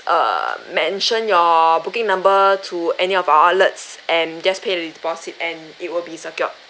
err mention your booking number to any of our outlets and just pay the deposit and it will be secured